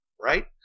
right